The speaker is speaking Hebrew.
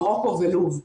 מרוקו ולוב.